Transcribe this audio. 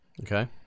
Okay